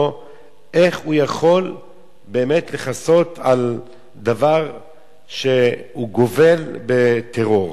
איך הוא יכול באמת לכסות על דבר שהוא גובל בטרור.